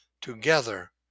together